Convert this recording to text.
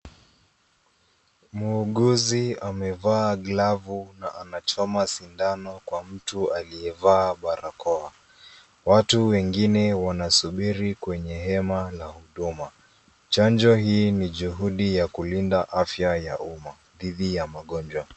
Muuguzi amevaa glavu na anachoma sindano kwa mtu aliyevaa barakoa ,watu wengine wana subiri kwenye hema la huduma. Chanjo hii ni juhudi ya kulinda afya ya umma dhidi ya magonjwa.